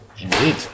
Indeed